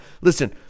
Listen